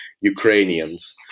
Ukrainians